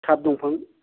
सात दंफां